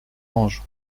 ange